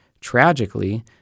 Tragically